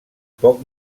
poc